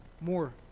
more